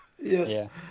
Yes